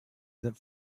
that